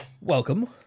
welcome